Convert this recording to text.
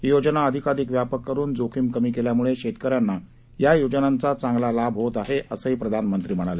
ही योजना अधिकाधिक व्यापक करुन जोखीम कमी केल्यामुळे शेतकऱ्यांना या योजनांचा चांगला लाभ होत आहे असंही प्रधानमंत्री म्हणाले